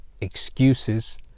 excuses